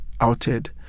outed